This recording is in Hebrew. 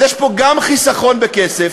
אז יש פה גם חיסכון בכסף,